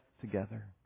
together